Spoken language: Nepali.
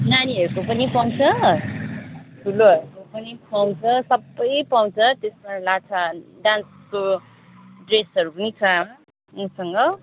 नानीहरूको पनि पाउँछ ठुलोहरूको पनि पाउँछ सबै पाउँछ त्यसमा लाछा डान्सको ड्रेसहरू पनि छ मसँग